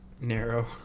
narrow